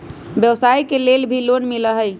व्यवसाय के लेल भी लोन मिलहई?